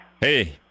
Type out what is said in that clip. Hey